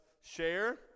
share